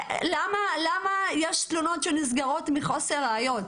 למה יש תלונות שנסגרות מחוסר ראיות?